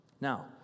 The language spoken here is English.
Now